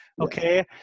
Okay